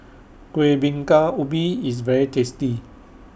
Kuih Bingka Ubi IS very tasty